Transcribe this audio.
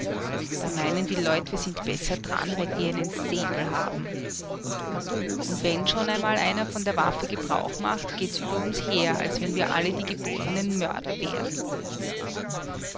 da meinen die leut wir sind besser dran weil wir einen säbel haben und wenn schon einmal einer von der waffe gebrauch macht geht's über uns her als wenn wir alle die geborenen mörder wären